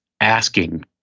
asking